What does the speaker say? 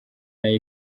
nayo